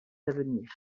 d’avenir